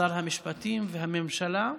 שר המשפטים והממשלה,